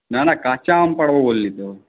না না কাঁচা আম পাড়ব বললি তো